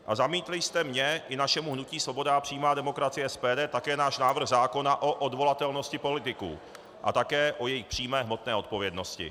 A zamítli jste mně i našemu hnutí Svoboda a přímá demokracie, SPD, také náš návrh zákona o odvolatelnosti politiků a také o jejich přímé hmotné odpovědnosti.